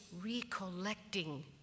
recollecting